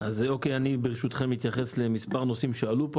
אני אתייחס לנושאים שעלו כאן.